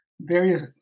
various